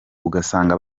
ugasanga